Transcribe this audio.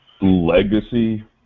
Legacy